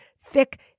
thick